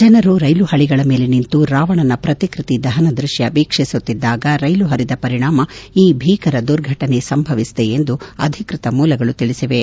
ಜನರು ರೈಲು ಹಳಿಗಳ ಮೇಲೆ ನಿಂತು ರಾವಣನ ಪ್ರತಿಕೃತಿ ದಹನ ದೃಶ್ಯ ವೀಕ್ಷಿಸುತ್ತಿದ್ದಾಗ ರೈಲು ಹರಿದ ಪರಿಣಾಮ ಈ ಭೀಕರ ದುರ್ಘಟನೆ ಸಂಭವಿಸಿದೆ ಎಂದು ಅಧಿಕೃತ ಮೂಲಗಳು ತಿಳಿಸಿವೆ